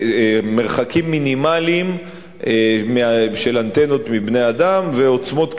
מרחקים מינימליים של אנטנות מבני-אדם ועוצמות קרינה.